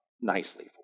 nicely